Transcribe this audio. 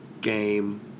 game